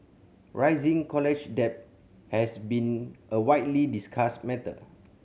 rising college debt has been a widely discussed matter